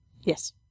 Yes